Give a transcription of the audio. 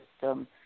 system